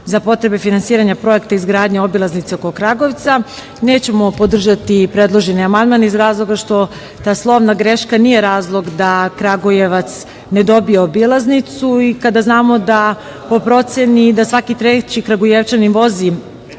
za potrebe finansiranja projekta izgradnje obilaznice oko Kragujevca. Nećemo podržati predloženi amandman iz razloga što ta slovna greška nije razlog da Kragujevac ne dobije obilaznicu i kada znamo, po proceni, da svaki treći Kragujevčanin vozi